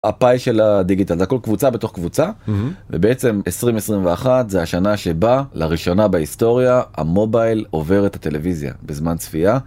הפייל של הדיגיטל זה הכל קבוצה בתוך קבוצה ובעצם 2021 זה השנה שבה לראשונה בהיסטוריה המובייל עובר את הטלוויזיה בזמן צפייה.